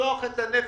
לפתוח את הנפש,